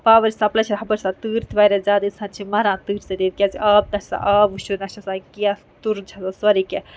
power supply چھِ ہپٲرۍ آس تۭر تہِ واریاہ زیادٕ اِنسان چھِ مران تۭرِ سۭتۍ کیاز آب نہَ چھِ آسان آب وشُن نہَ چھِ آسان کینٛہہ تُرن چھُ آسان سورے کینٛہہ